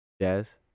Jazz